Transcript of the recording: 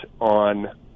on